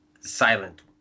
silent